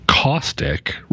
caustic